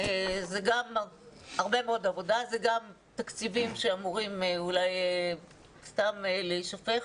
זה גם הרבה מאוד עבודה וגם תקציבים שאמורים אולי סתם להישפך,